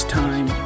time